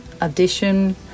addition